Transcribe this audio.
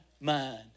mind